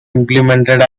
implemented